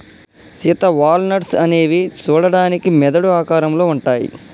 Sita walnuts అనేవి సూడడానికి మెదడు ఆకారంలో ఉంటాయి